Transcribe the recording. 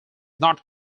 not